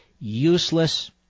useless